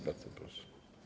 Bardzo proszę.